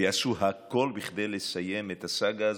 ויעשו הכול בכדי לסיים את הסאגה הזאת,